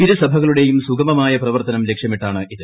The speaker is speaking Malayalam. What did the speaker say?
ഇരു സഭകളുടെയും സുഗമമായ പ്രവർത്തനം ലക്ഷ്യമിട്ടാണിത്